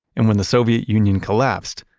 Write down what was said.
and when the soviet union collapsed,